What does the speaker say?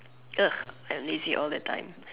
I'm lazy all the time